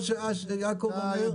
אני מוכרח להגיד לך שמצדי כמו שיעקב אומר,